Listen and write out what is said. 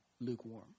lukewarm